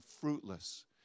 fruitless